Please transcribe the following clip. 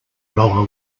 roll